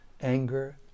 anger